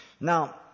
Now